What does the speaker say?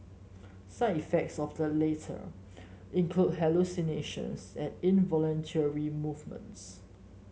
side effects of the latter include hallucinations and involuntary movements